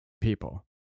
people